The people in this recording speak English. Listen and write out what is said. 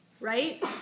Right